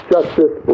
Justice